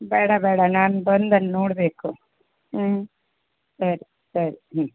ಬೇಡ ಬೇಡ ನಾನು ಬಂದು ಅಲ್ಲಿ ನೋಡಬೇಕು ಹ್ಞೂ ಸರಿ ಸರಿ ಹ್ಞೂ